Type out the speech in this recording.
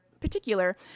particular